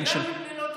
גם הם ללא תוכניות,